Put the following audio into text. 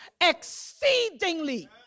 exceedingly